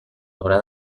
haurà